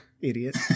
idiot